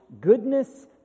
goodness